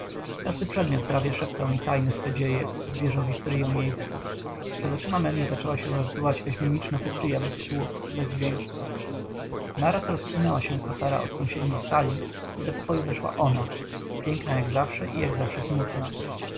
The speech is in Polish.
każdy przedmiot prawie szeptał mi tajne swe dzieje zwierzał historyę miejsca przed oczyma memi zaczęła się rozgrywać jakaś mimiczna fecya bez słów bez dźwięków naraz rozsunęła się kotara od sąsiedniej sali i do pokoju weszła ona piękna jak zawsze i jak zawsze smutna